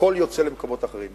הכול יוצא למקומות אחרים.